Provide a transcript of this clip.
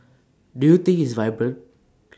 do you think it's vibrant